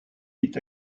est